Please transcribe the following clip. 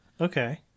Okay